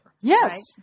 Yes